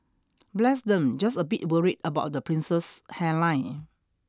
bless them just a bit worried about the prince's hairline